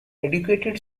educated